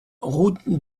route